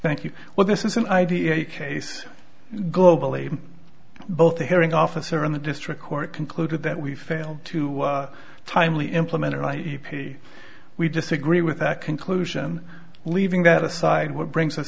thank you well this is an ideal case globally both the hearing officer and the district court concluded that we failed to timely implemented we disagree with that conclusion leaving that aside what brings u